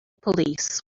police